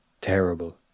terrible